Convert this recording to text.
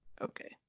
Okay